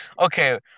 Okay